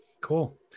Cool